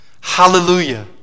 Hallelujah